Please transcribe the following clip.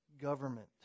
government